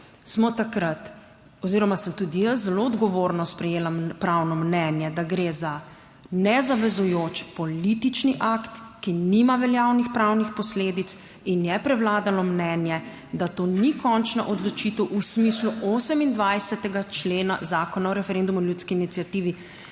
smo takrat oziroma sem tudi jaz zelo odgovorno sprejela pravno mnenje, da gre za nezavezujoč politični akt, ki nima veljavnih pravnih posledic, in je prevladalo mnenje, da to ni končna odločitev v smislu 28. člena Zakona o referendumu in ljudski iniciativi.